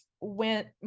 went